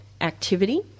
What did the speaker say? activity